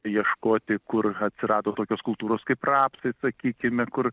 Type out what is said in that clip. ieškoti kur atsirado tokios kultūros kaip rapsai sakykime kur